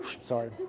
Sorry